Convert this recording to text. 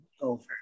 over